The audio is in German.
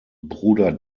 bruder